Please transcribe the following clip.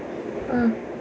ah